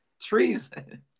Treason